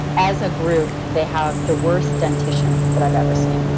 as a group they have the worst dentition that i've ever seen.